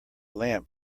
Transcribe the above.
lamp